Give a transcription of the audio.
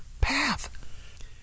path